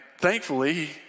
thankfully